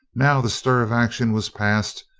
now the stir of action was past,